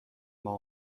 ماه